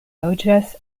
loĝas